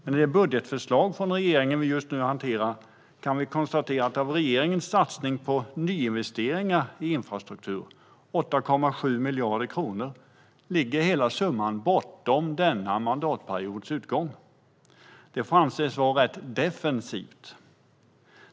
Men i det budgetförslag från regeringen som vi just nu hanterar kan vi konstatera att av regeringens satsningar på nyinvesteringar i infrastruktur, 8,7 miljarder kronor, ligger hela summan bortom denna mandatperiods utgång. Det får anses vara rätt defensivt.